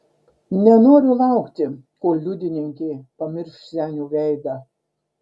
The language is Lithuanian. nenoriu laukti kol liudininkė pamirš senio veidą